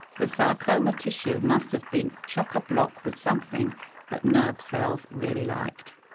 the sarcoma tissue must have been chock-a-block with something that nerve cells really liked.